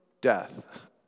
death